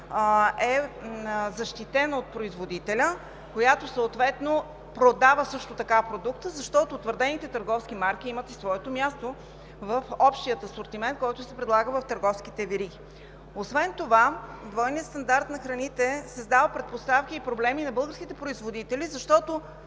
е защитена от производителя, която съответно продава продукта, защото утвърдените търговски марки имат своето място в общия асортимент, който се предлага в търговските вериги. Освен това двойният стандарт на храните създава предпоставки и проблеми на българските производители, защото